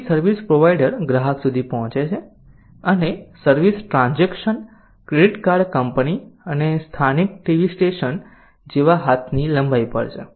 અહીં service provider ગ્રાહક સુધી પહોંચે છે અને service transaction credit card company અને સ્થાનિક ટીવી સ્ટેશન જેવા હાથની લંબાઈ પર છે